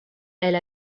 elle